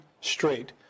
straight